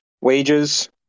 wages